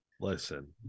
Listen